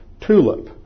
TULIP